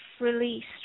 released